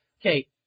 okay